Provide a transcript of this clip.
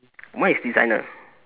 mine is designer